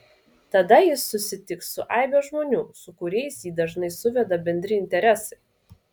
tada jis susitiks su aibe žmonių su kuriais jį dažnai suveda bendri interesai